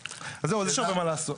אז זהו, יש הרבה מה לעשות.